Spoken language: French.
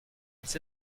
ils